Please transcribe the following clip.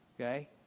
Okay